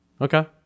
Okay